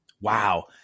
Wow